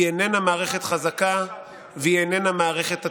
היא איננה מערכת חזקה והיא איננה מערכת עצמאית.